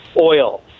oil